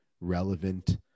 relevant